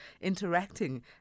interacting